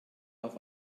auf